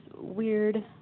weird